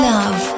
Love